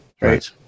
Right